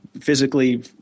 physically